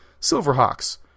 Silverhawks